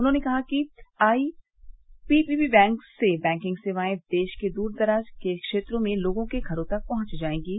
उन्होंने कहा कि आईपीपीबी से बैंकिग सेवाएं देश के दूर दराज के क्षेत्रों में लोगों के घरों तक पहुंच जाएगीं